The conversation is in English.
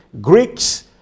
Greeks